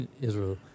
Israel